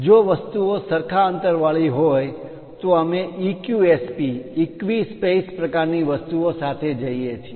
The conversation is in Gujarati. જો વસ્તુઓ સરખા અંતરવાળી હોય તો અમે EQSP ઇક્વિ સ્પેસ પ્રકારની વસ્તુઓ સાથે જઈએ છીએ